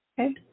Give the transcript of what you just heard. Okay